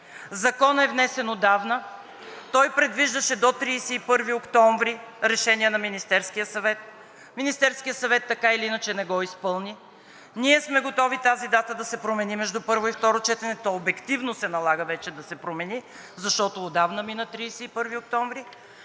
Законът е внесен отдавна и той предвиждаше до 31 октомври решение на Министерския съвет, а Министерският съвет така или иначе не го изпълни. Ние сме готови тази дата да се промени между първо и второ четене и обективно се налага вече да се промени, защото отдавна мина 31 октомври,